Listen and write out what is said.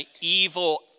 evil